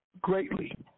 greatly